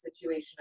situation